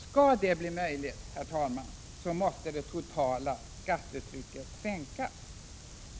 Skall det bli möjligt, herr talman, måste det totala skattetrycket sänkas.